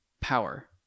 power